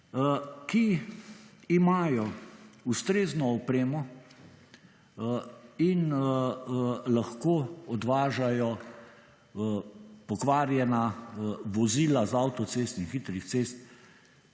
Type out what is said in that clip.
ki imajo ustrezno opremo in lahko odvažajo pokvarjena vozila iz avtocestnih in hitrih cest,